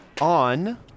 on